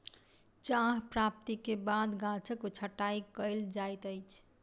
चाह प्राप्ति के बाद गाछक छंटाई कयल जाइत अछि